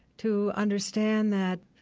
to understand that,